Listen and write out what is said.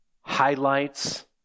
highlights